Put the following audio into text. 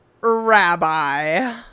rabbi